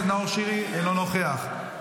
אל תספר סיפורים --- לא שמעתי בכלל מה אתה מדבר.